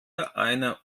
eine